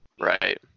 Right